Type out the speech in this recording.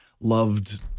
loved